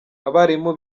abarimu